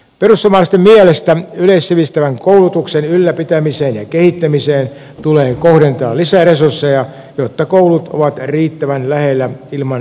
perussuomalaisten mielestä yleissivistävän koulutuksen ylläpitämiseen ja kehittämiseen tulee kohdentaa lisäresursseja jotta koulut ovat riittävän lähellä ilman ylipitkiä koulumatkoja